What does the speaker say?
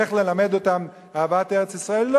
איך ללמד אותם אהבת ארץ-ישראל?